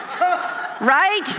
right